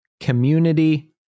Community